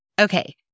Okay